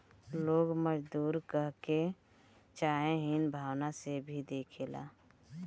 लोग मजदूर कहके चाहे हीन भावना से भी देखेला